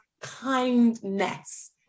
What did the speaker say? kindness